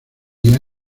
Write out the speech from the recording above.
día